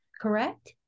correct